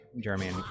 Jeremy